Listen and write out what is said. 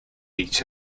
each